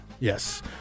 Yes